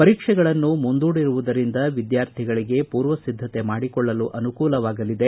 ಪರೀಕ್ಷೆಗಳನ್ನು ಮುಂಡೂಡಿರುವುದರಿಂದ ವಿದ್ಯಾರ್ಥಿಗಳಿಗೆ ಮೂರ್ವ ಸಿದ್ದತೆ ಮಾಡಿಕೊಳ್ಳಲು ಅನುಕೂಲವಾಗಲಿದೆ